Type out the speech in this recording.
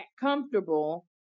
comfortable